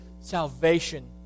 salvation